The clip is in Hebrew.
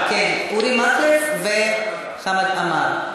אורי מקלב וחמד עמאר?